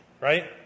Right